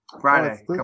Friday